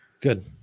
Good